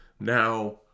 Now